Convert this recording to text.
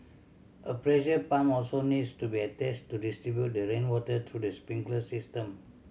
a pressure pump also needs to be attached to distribute the rainwater through the sprinkler system